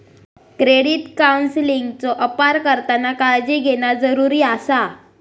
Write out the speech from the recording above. credit काउन्सेलिंगचो अपार करताना काळजी घेणा जरुरी आसा